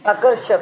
आकर्षक